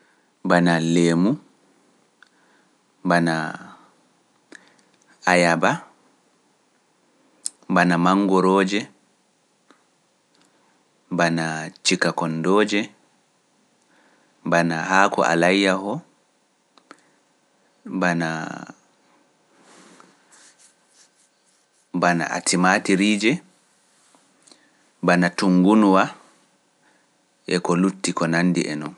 bana leemu, bana bayaba, bana Mangorooje, bana Cikakondoje, bana Haako Alayiya, bana Atimaatiriije, bana Tungunwa.